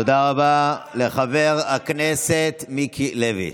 תודה רבה לחבר הכנסת מיקי לוי.